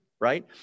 right